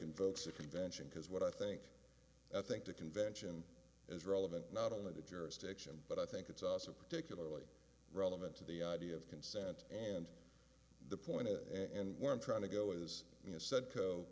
invokes a convention because what i think i think the convention is relevant not only the jurisdiction but i think it's also particularly relevant to the idea of consent and the point and what i'm trying to go as you said co